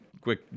quick